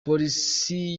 polisi